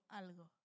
algo